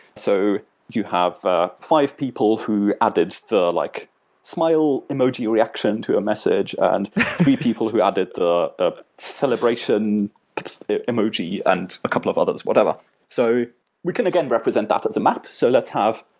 so you have ah five people who added the like smile emoji reaction to a message and three people who added the ah celebration emoji and a couple of others, whatever so we can again represent that as a map. so let's have,